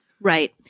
Right